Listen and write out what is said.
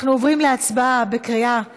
אנחנו עוברים להצבעה בקריאה שלישית.